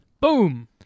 boom